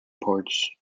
porch